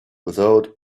without